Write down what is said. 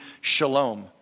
Shalom